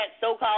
so-called